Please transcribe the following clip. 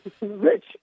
Rich